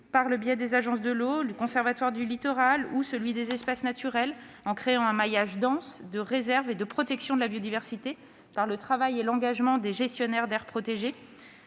par le biais des agences de l'eau, du Conservatoire du littoral ou des conservatoires d'espaces naturels, en créant un maillage dense de réserves et de protection de la biodiversité, par le travail et l'engagement des gestionnaires d'aires protégées.